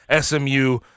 SMU